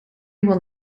will